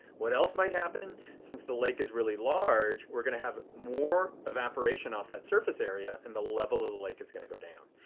what else might happen? since the lake is really large we are going to have more evaporation off that surface and the level of the lake is going to go down.